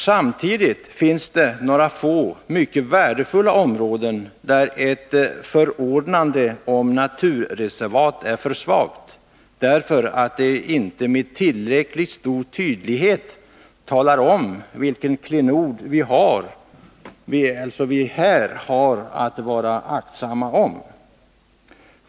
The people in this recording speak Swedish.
Samtidigt finns det några få mycket värdefulla områden, där ett förordnande om naturreservat är för svagt, därför att det inte med tillräckligt stor tydlighet talar om vilken klenod vi här har att vara aktsamma om.